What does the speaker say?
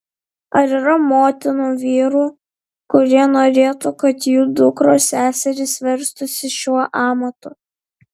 ar yra motinų vyrų kurie norėtų kad jų dukros seserys verstųsi šiuo amatu